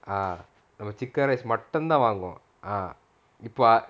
ah chicken rice மட்டும் தான் வாங்குவோம்:mattum thaan vanguvom ah